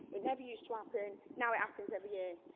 it never used to happen, now it happens every year.